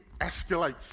escalates